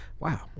Wow